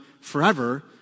forever